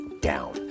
down